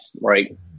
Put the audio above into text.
Right